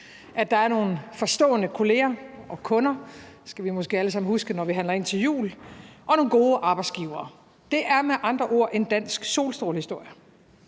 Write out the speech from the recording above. faglærere, nogle forstående kolleger og kunder – det skal vi måske alle sammen huske, når vi handler ind til jul – og nogle gode arbejdsgivere. Det er med andre ord en dansk solstrålehistorie.